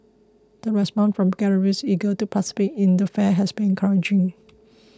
the response from galleries eager to participate in the fair has been encouraging